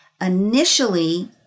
Initially